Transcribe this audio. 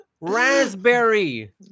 Raspberry